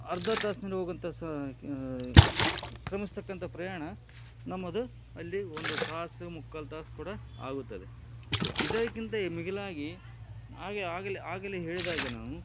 ಅರ್ಧ ತಾಸಿನಲ್ಲಿ ಹೋಗುವಂಥ ಸ ಕ್ರಮಿಸತಕ್ಕಂಥ ಪ್ರಯಾಣ ನಮ್ಮದು ಅಲ್ಲಿ ಒಂದು ತಾಸು ಮುಕ್ಕಾಲು ತಾಸು ಕೂಡ ಆಗುತ್ತದೆ ಇದಕ್ಕಿಂತ ಮಿಗಿಲಾಗಿ ಆಗೆ ಆಗಲೇ ಆಗಲೇ ಹೇಳಿದಾಗೆ ನಾವು